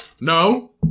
No